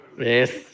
Yes